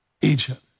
Egypt